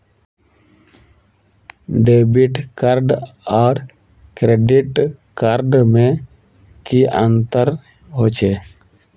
Debit card आर credit card में की अंतर होचे?